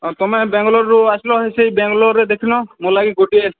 ଆଉ ତୁମେ ବାଙ୍ଗଲୋରରୁ ଆସିଲ ସେଇ ବାଙ୍ଗଲୋରରେ ଦେଖିନ ମୋ ଲାଗି ଗୋଟିଏ